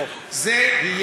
אחר כך פחות.